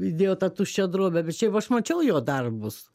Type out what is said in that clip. įdėjo tą tuščią drobę bet šiaip aš mačiau jo darbus